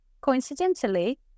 coincidentally